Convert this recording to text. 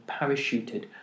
parachuted